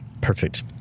perfect